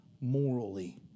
morally